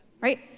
Right